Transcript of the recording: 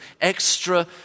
extra